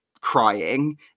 crying